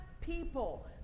people